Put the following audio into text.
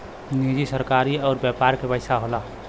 निजी सरकारी अउर व्यापार के पइसा होला